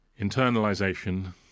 internalization